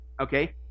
okay